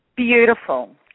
beautiful